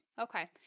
Okay